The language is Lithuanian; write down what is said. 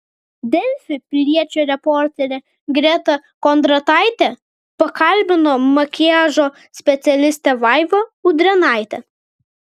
delfi piliečio reporterė greta kondrataitė pakalbino makiažo specialistę vaivą udrėnaitę